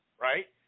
right